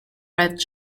red